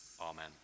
Amen